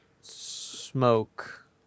Smoke